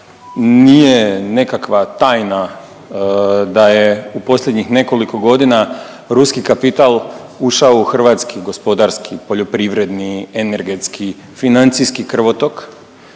Nije nekakva tajna da je u posljednjih nekoliko godina ruski kapital ušao u hrvatski gospodarski poljoprivredni energetski, financijski krvotok.